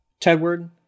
Tedward